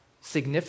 significant